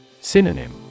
Synonym